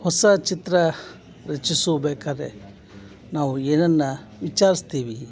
ಹೊಸ ಚಿತ್ರ ರಚಿಸಬೇಕಾದ್ರೆ ನಾವು ಏನನ್ನು ವಿಚಾರಿಸ್ತೀವಿ